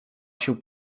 się